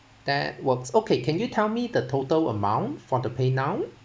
that works okay can you tell me the total amount for the PayNow